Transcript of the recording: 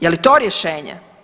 Je li to rješenje?